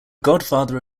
godfather